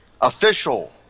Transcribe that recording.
official